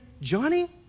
Johnny